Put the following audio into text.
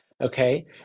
okay